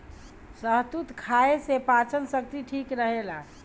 शहतूत खाए से पाचन शक्ति ठीक रहेला